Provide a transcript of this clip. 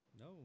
No